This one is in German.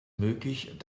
möglich